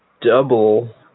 double